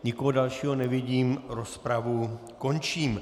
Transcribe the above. Nikoho dalšího nevidím, rozpravu končím.